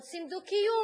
רוצים דו-קיום.